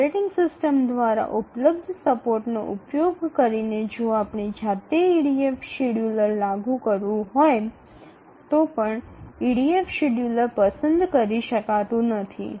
operating system દ્વારા ઉપલબ્ધ સપોર્ટનો ઉપયોગ કરીને જો આપણે જાતે ઇડીએફ શેડ્યૂલર લાગુ કરવું હોય તો ઇડીએફ શેડ્યૂલર પસંદ કરી શકાતું નથી